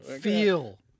feel